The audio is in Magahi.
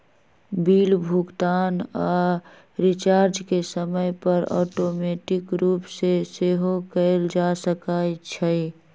बिल भुगतान आऽ रिचार्ज के समय पर ऑटोमेटिक रूप से सेहो कएल जा सकै छइ